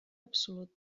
absolut